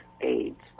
AIDS